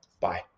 Bye